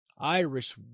Irish